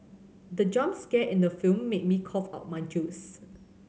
the jump scare in the film made me cough out my juice